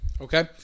Okay